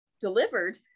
delivered